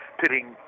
pitting